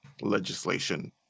legislation